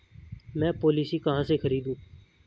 मैं पॉलिसी कहाँ से खरीदूं?